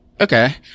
Okay